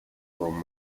from